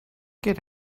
get